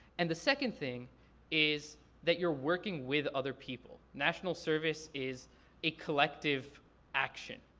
and the second thing is that you're working with other people. national service is a collective action.